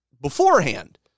beforehand